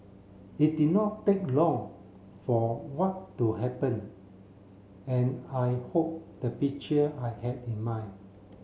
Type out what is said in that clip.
it did not take long for what to happen and I hope the picture I had in mind